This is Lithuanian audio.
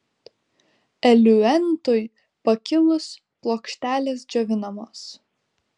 eliuentui pakilus plokštelės džiovinamos